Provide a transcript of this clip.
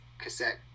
cassette